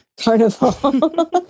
Carnival